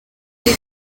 fins